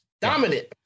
dominant